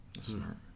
smart